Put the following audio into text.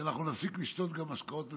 שאנחנו נפסיק לשתות גם משקאות מתוקים,